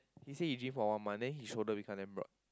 he say he gym for one month then his shoulder become damn broad